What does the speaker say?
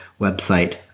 website